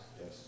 Yes